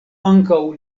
ankaŭ